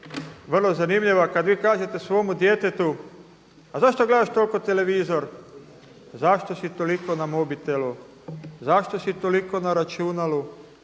vrlo zanimljiva, kad vi kažete svome djetetu: A zašto gledaš toliko televizor, zašto si toliko na mobitelu, zašto si toliko na računalu?